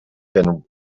been